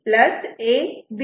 B A